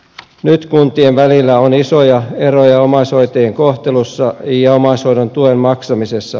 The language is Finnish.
nyt kuntien välillä on isoja eroja omaishoitajien kohtelussa ja omaishoidon tuen maksamisessa